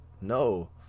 no